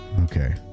Okay